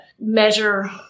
measure